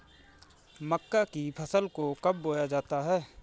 मक्का की फसल को कब बोया जाता है?